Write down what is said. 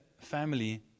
family